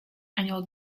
annual